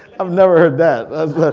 i've never heard that.